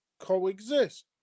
coexist